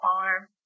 farm